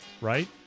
right